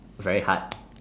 very hard